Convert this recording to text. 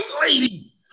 lady